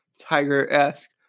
Tiger-esque